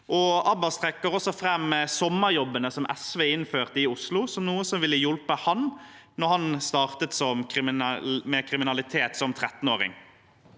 Abbas trekker også fram sommerjobbene som SV innførte i Oslo, som noe som ville ha hjulpet ham da han startet med kriminalitet som 13-åring.